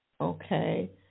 Okay